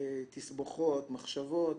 תסבוכות, מחשבות.